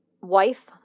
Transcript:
wife